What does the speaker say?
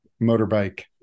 motorbike